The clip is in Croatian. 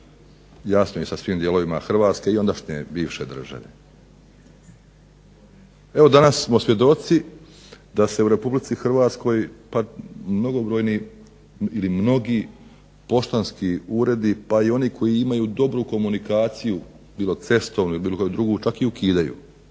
jasno i sa svim dijelovima Hrvatske i ondašnje bivše države. Evo danas smo svjedoci da se u RH mnogi poštanski uredi pa i oni koji imaju dobru komunikaciju bilo cestovnu ili bilo koju drugu čak i ukidaju.